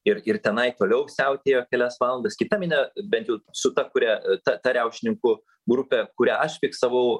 ir ir tenai toliau siautėjo kelias valandas kita minia bent jau su ta kuria ta ta riaušininkų grupė kurią aš fiksavau